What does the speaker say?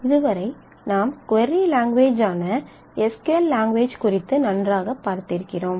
இதுவரை நாம் கொரி லாங்குவேஜான SQL லாங்குவேஜ் குறித்து நன்றாகப் பார்த்திருக்கிறோம்